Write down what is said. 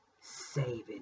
saving